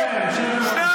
שניהם.